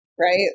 right